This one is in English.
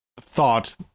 thought